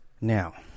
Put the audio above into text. Now